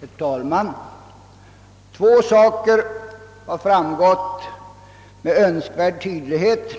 Herr talman! Två saker har framgått med önskvärd tydligret